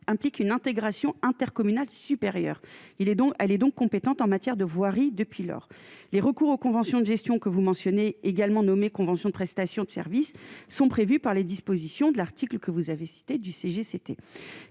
implique une intégration intercommunale supérieur, il est donc elle est donc compétente en matière de voirie, depuis lors, les recours aux conventions de gestion que vous mentionnez également nommé convention de prestation de services sont prévues par les dispositions de l'article que vous avez cité du CG